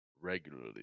regularly